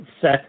set